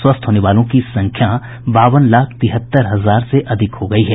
स्वस्थ होने वालों की संख्या बावन लाख तिहत्तर हजार से अधिक हो गई है